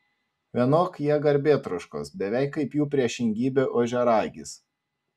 vienok jie garbėtroškos beveik kaip jų priešingybė ožiaragis